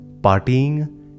partying